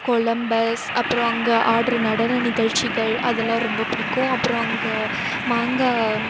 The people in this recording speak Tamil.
கொலம்பஸ் அப்புறம் அங்கே ஆடுகிற நடன நிகழ்ச்சிகள் அதெல்லாம் ரொம்ப பிடிக்கும் அப்புறம் அங்கே மாங்காய்